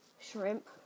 shrimp